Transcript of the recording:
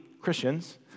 Christians